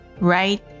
right